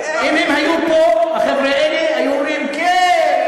אם הם היו פה, החבר'ה האלה, היו אומרים: כן.